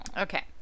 okay